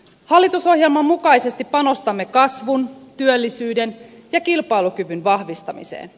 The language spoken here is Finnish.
hallitusohjelman mukaisesti panostamme kasvun työllisyyden ja kilpailukyvyn vahvistamiseen